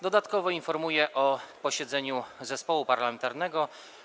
Dodatkowo informuję o posiedzeniu zespołu parlamentarnego.